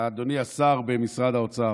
אדוני השר במשרד האוצר,